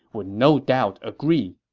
would no doubt agree.